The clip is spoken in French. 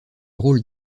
rôle